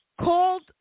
called